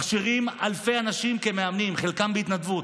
מכשירים אלפי אנשים כמאמנים, חלקם בהתנדבות.